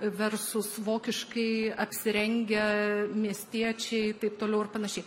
versus vokiškai apsirengę miestiečiai taip toliau ir panašiai